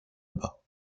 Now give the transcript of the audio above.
bas